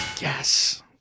Yes